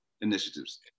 initiatives